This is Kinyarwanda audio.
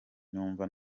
numva